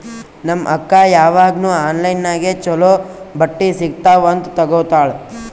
ನಮ್ ಅಕ್ಕಾ ಯಾವಾಗ್ನೂ ಆನ್ಲೈನ್ ನಾಗೆ ಛಲೋ ಬಟ್ಟಿ ಸಿಗ್ತಾವ್ ಅಂತ್ ತಗೋತ್ತಾಳ್